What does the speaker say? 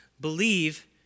believe